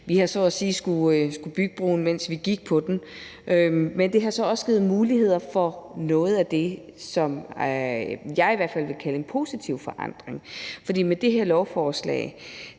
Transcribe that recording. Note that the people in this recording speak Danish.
Vi har så at sige skullet bygge broen, mens vi gik på den, men det har så også givet muligheder for noget af det, som jeg i hvert fald vil kalde en positiv forandring, for med det her lovforslag